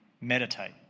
meditate